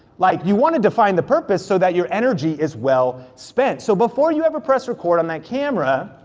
like, you wanna define the purpose so that your energy is well spent. so before you ever press record on that camera,